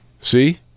See